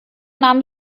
nahm